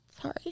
Sorry